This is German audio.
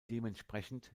dementsprechend